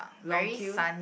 long queue